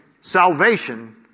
salvation